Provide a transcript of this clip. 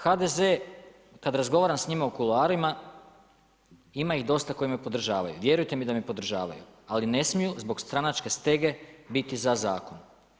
HDZ, kad razgovaram s njima u kuloarima, ima ih dosta koji me podržavaju, vjerujte mi da me podržavaju, ali ne smiju zbog stranačke stege biti za zakon.